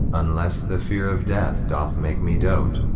unless the fear of death doth make me dote,